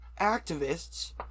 activists